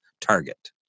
target